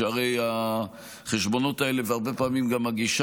שהרי לחשבונות האלה והרבה פעמים גם לגישה